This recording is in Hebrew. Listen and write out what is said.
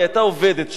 היא היתה עובדת שלו.